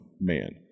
man